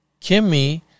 Kimmy